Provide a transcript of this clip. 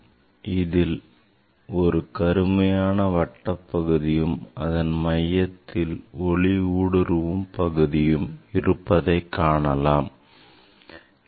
நீங்கள் இதில் ஒரு கருமையான வட்ட பகுதியையும் அதன் மையத்தில் ஒளி ஊடுருவும் பகுதியும் இருப்பதைக் காணலாம்